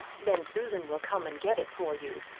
then susan will come and get it for you.